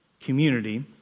community